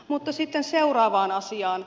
mutta sitten seuraavaan asiaan